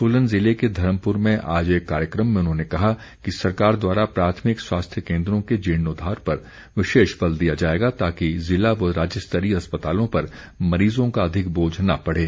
सोलन जिले के धर्मपुर में आज एक कार्यक्रम में उन्होंने कहा कि सरकार द्वारा प्राथमिक स्वास्थ्य केन्द्रों के जीर्णोद्वार पर विशेष बल दिया जाएगा ताकि जिला व राज्यस्तरीय अस्पतालों पर मरीजों का अधिक बोझ न पड़े